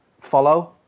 follow